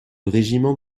régiment